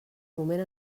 moment